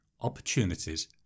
opportunities